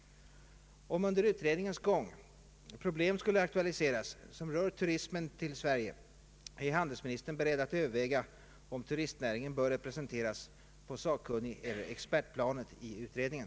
Om under utredningens gång problem skulle aktualiseras, som rör turismen till Sverige, är handelsministern beredd överväga om turistnäringen bör representeras på sakkunnigeller expertplanet i utredningen.